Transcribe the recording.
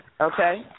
Okay